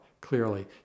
clearly